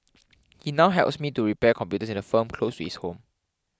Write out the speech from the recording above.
he now helps me to repair computers in a firm close to his home